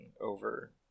over